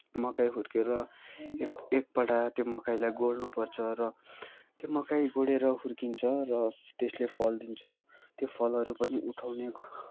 मकै हुर्केर एक एकपल्ट त्यो मकैलाई गोड्नुपर्छ र त्यो मकै गोडे्र हुर्किन्छ र त्यसले फल दिन्छ त्यो फलहरू पनि उठाउने